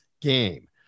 game